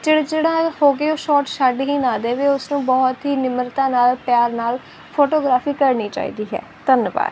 ਚਿੜਚੜਾ ਹੋ ਕੇ ਉਹ ਸ਼ੋਟ ਛੱਡ ਹੀ ਨਾ ਦੇਵੇ ਉਸਨੂੰ ਬਹੁਤ ਹੀ ਨਿਮਰਤਾ ਨਾਲ ਪਿਆਰ ਨਾਲ ਫੋਟੋਗ੍ਰਾਫੀ ਕਰਨੀ ਚਾਹੀਦੀ ਹੈ ਧੰਨਵਾਦ